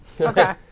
Okay